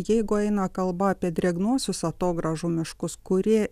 jeigu eina kalba apie drėgnuosius atogrąžų miškus kurie